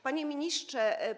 Panie Ministrze!